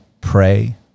pray